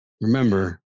remember